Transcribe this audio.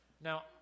Now